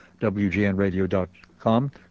wgnradio.com